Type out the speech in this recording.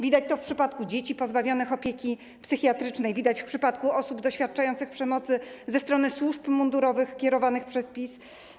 Widać to w przypadku dzieci pozbawionych opieki psychiatrycznej, w przypadku osób doświadczających przemocy ze strony służb mundurowych kierowanych przez PiS.